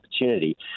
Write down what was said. opportunity